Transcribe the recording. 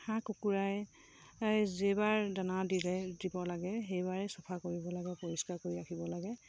হাঁহ কুকুৰাই যেইবাৰ দানা দিলে দিব লাগে সেইবাৰেই চফা কৰিব লাগে পৰিষ্কাৰ কৰি ৰাখিব লাগে